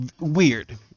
weird